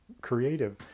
creative